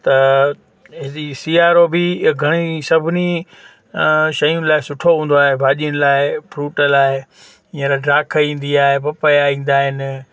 त सियारो बि घणेई सभिनी शयुनि लाइ सुठो हूंदो आहे भाॼियुनि लाइ फ्रूट लाइ हींअर ॾाखु ईंदी आहे पपया ईंदा आहिनि